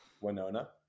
Winona